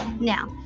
Now